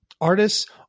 artists